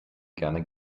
gerne